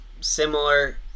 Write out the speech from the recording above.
similar